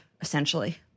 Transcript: Essentially